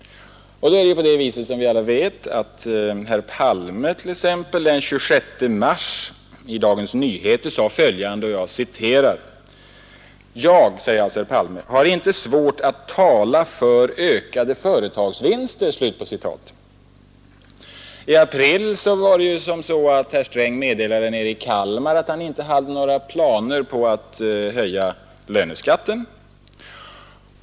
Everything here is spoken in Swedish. Den 26 mars yttrade herr Palme i Dagens Nyheter: ”Jag har inte svårt att tala för ökade företagsvinster.” I april meddelade herr Sträng i Kalmar att han inte hade några planer på att höja löneskatten.